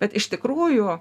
bet iš tikrųjų